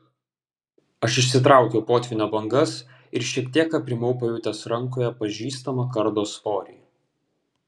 aš išsitraukiau potvynio bangas ir šiek tiek aprimau pajutęs rankoje pažįstamą kardo svorį